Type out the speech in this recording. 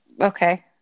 okay